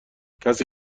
کسی